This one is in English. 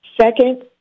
Second